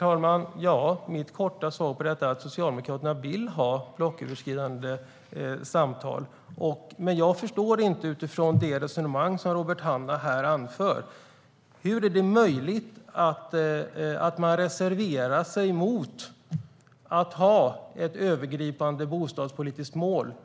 Herr talman! Mitt korta svar på det är att Socialdemokraterna vill ha blocköverskridande samtal. Men utifrån det resonemang som Robert Hannah här för förstår jag inte hur det är möjligt att reservera sig mot ett övergripande bostadspolitiskt mål.